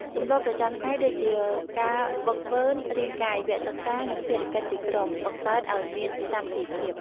ទម្លាប់ប្រចាំថ្ងៃដូចជា ការហ្វឹកហ្វឺនរាងកាយ វគ្គសិក្សា និងភារកិច្ចជាក្រុម បង្កើតឱ្យមានសាមគ្គីភាព។